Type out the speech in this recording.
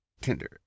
Tinder